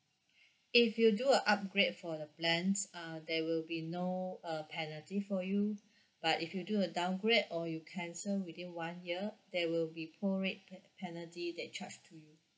if you do a upgrade for the plans uh there will be no uh penalty for you but if you do a downgrade or you cancel within one year there will be prorate pen penalty that charged to you